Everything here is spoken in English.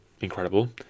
incredible